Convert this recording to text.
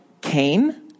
Cain